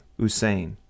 Usain